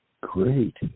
Great